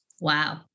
Wow